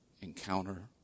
encounter